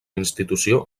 institució